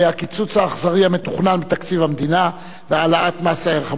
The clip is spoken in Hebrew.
הקיצוץ האכזרי המתוכנן בתקציב המדינה והעלאת מס הערך המוסף.